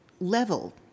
level